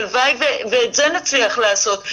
הלוואי ואת זה נצליח לעשות,